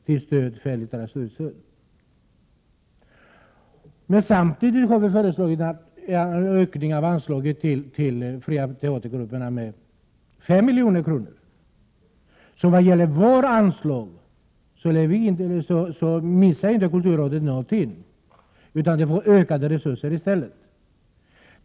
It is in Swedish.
Men vi har samtidigt föreslagit en ökning av anslaget till de fria teatergrupperna med 5 milj.kr. Vad gäller våra anslag kommer kulturrådet inte att mista några medel, utan det får ökade resurser i stället.